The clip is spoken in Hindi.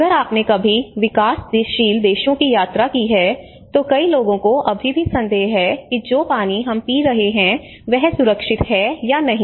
अगर आपने कभी विकासशील देशों की यात्रा की है तो कई लोगों को अभी भी संदेह है कि जो पानी हम पी रहे हैं वह सुरक्षित है या नहीं